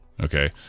Okay